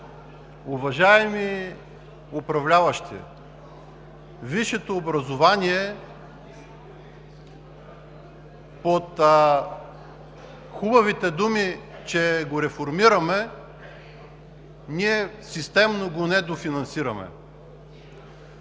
уважаеми управляващи, висшето образование под хубавите думи, че го реформираме, ние системно го недофинансираме.